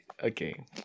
Okay